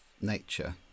nature